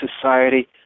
society